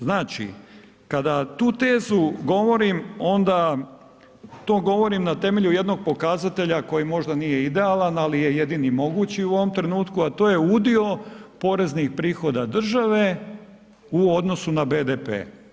Znači kada tu tezu govorim onda to govorim na temelju jednog pokazatelja koji možda nije idealan, ali je jedini mogući u ovom trenutku, a to je udio poreznih prihoda države u odnosu na BDP.